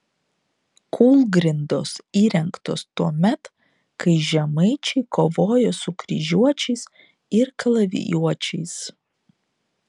kūlgrindos įrengtos tuomet kai žemaičiai kovojo su kryžiuočiais ir kalavijuočiais